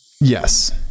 Yes